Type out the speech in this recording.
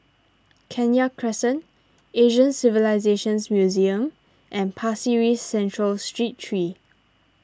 Kenya Crescent Asian Civilisations Museum and Pasir Ris Central Street three